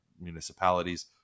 municipalities